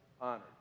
honored